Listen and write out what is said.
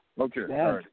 Okay